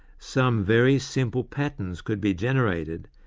some very simple patterns could be generated,